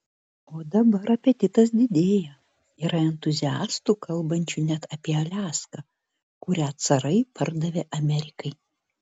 o dabar apetitas didėja yra entuziastų kalbančių net apie aliaską kurią carai pardavė amerikai